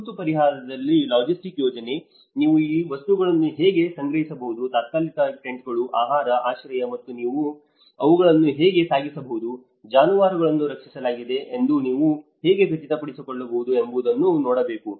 ತುರ್ತು ಪರಿಹಾರದಲ್ಲಿ ಲಾಜಿಸ್ಟಿಕ್ ಯೋಜನೆ ನೀವು ಈ ವಸ್ತುಗಳನ್ನು ಹೇಗೆ ಸಂಗ್ರಹಿಸಬಹುದು ತಾತ್ಕಾಲಿಕ ಟೆಂಟ್ಗಳು ಆಹಾರ ಆಶ್ರಯ ಮತ್ತು ನಾವು ಅವುಗಳನ್ನು ಹೇಗೆ ಸಾಗಿಸಬಹುದು ಜಾನುವಾರುಗಳನ್ನು ರಕ್ಷಿಸಲಾಗಿದೆ ಎಂದು ನಾವು ಹೇಗೆ ಖಚಿತಪಡಿಸಿಕೊಳ್ಳಬಹುದು ಎಂಬುದನ್ನು ನೋಡಬೇಕು